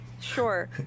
Sure